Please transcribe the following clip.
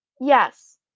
Yes